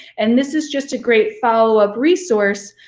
and this is just a great follow up resource